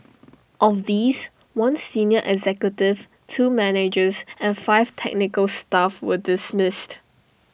of these one senior executive two managers and five technical staff were dismissed